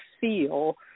feel